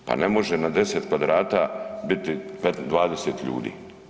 Pa ne može na 10 kvadrata biti 20 ljudi.